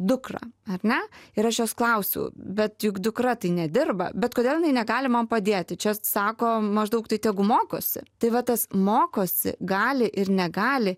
dukrą ar ne ir aš jos klausiu bet juk dukra tai nedirba bet kodėl jinai negali man padėti čia sako maždaug tai tegu mokosi tai va tas mokosi gali ir negali